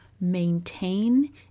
maintain